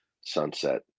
sunset